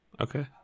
Okay